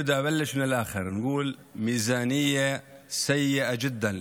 (אומר בערבית: אני רוצה להתחיל מהסוף.